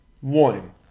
One